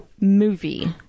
movie